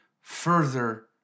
further